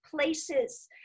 places